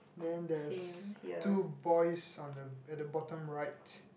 then there's two boys on the at the bottom right